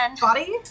Body